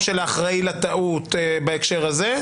חקירה של המפעילים או של האחראי לטעות בהקשר הזה.